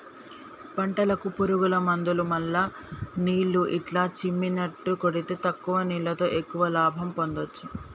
పంటలకు పురుగుల మందులు మల్ల నీళ్లు ఇట్లా చిమ్మిచినట్టు కొడితే తక్కువ నీళ్లతో ఎక్కువ లాభం పొందొచ్చు